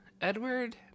Edward